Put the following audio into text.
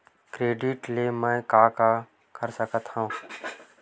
Credit ले मैं का का कर सकत हंव?